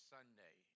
Sunday